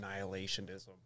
annihilationism